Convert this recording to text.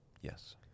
Yes